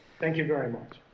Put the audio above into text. thank you very much.